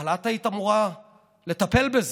אבל את היית אמורה לטפל בזה.